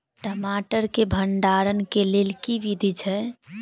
टमाटर केँ भण्डारण केँ लेल केँ विधि छैय?